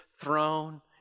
throne